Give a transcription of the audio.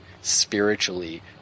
spiritually